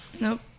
Nope